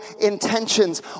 intentions